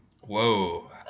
Whoa